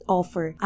offer